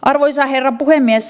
arvoisa herra puhemies